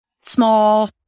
small